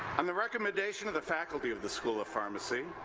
um the recommendation of the faculty of the school of pharmacy,